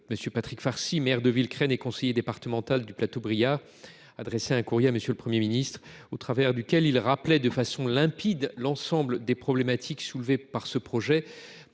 M. Patrick Farcy, maire de Villecresnes et conseiller départemental du Plateau briard, a adressé un courrier à M. le Premier ministre dans lequel il rappelait de façon limpide l’ensemble des problèmes soulevés par ce projet,